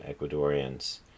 Ecuadorians